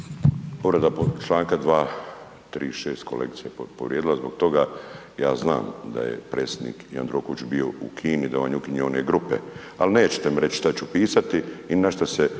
Povreda Članka 236. kolegija je povrijedila, ja znam da je predsjednik Jandroković bio u Kini da on je ukinuo one grupe, ali nećete mi reći šta ću pisati